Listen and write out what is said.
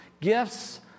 Gifts